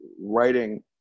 writing